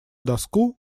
доску